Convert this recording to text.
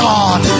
God